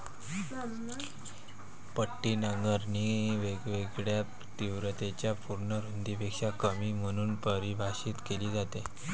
पट्टी नांगरणी वेगवेगळ्या तीव्रतेच्या पूर्ण रुंदीपेक्षा कमी म्हणून परिभाषित केली जाते